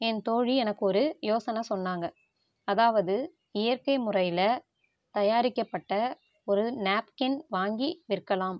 என் தோழி எனக்கு ஒரு யோசனை சொன்னாங்க அதாவது இயற்கை முறையில தயாரிக்கப்பட்ட ஒரு நாப்கின் வாங்கி விற்கலாம்